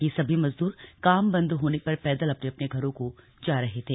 ये सभी मजद्र काम बंद होने पर पैदल अपने अपने घरों को जा रहे थे